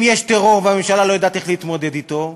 אם יש טרור והממשלה אינה יודעת איך להתמודד אתו,